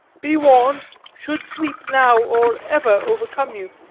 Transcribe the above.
be warned! should sleep now or ever overcome you,